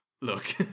look